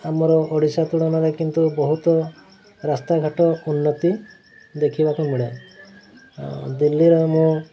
ଆମର ଓଡ଼ିଶା ତୁଳନାରେ କିନ୍ତୁ ବହୁତ ରାସ୍ତାଘାଟ ଉନ୍ନତି ଦେଖିବାକୁ ମିଳେ ଦିଲ୍ଲୀର ଆମ